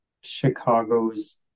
Chicago's